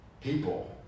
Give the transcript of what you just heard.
people